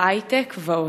בהיי-טק ועוד.